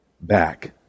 back